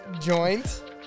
joint